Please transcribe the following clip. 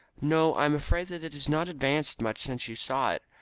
no, i am afraid that it has not advanced much since you saw it.